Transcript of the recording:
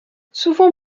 souvent